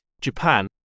Japan